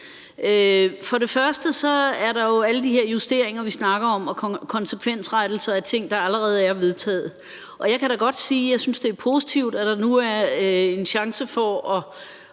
For det første er der jo alle de her justeringer, vi snakker om, og konsekvensrettelser af ting, der allerede er vedtaget. Og jeg kan da godt sige, at jeg synes, det er positivt, at der nu er en chance for at